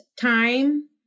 time